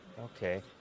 Okay